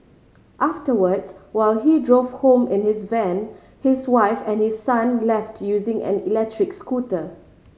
afterwards while he drove home in his van his wife and his son left using an electric scooter